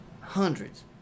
hundreds